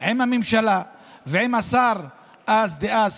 עם הממשלה ועם השר דאז,